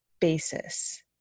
basis